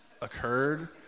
occurred